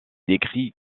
décrit